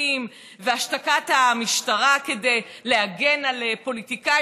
והשתקת המשטרה כדי להגן על פוליטיקאים.